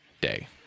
day